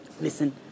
listen